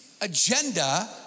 agenda